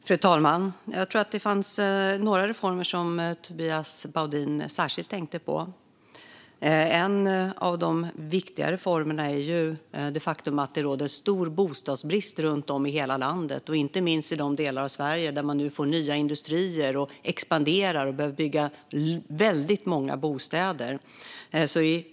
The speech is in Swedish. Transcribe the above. Fru talman! Jag tror att det var några reformer som Tobias Baudin särskilt tänkte på. En av de viktiga reformerna handlar om det faktum att det råder stor bostadsbrist runt om i hela landet, inte minst i de delar av Sverige där man nu expanderar, får nya industrier och behöver bygga väldigt många bostäder.